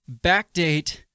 backdate